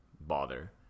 bother